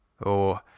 Or